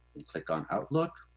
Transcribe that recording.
click on outlook.